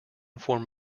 form